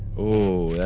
oh,